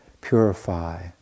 purify